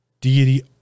deity